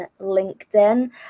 LinkedIn